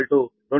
2420